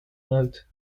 note